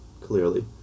clearly